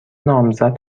نامزد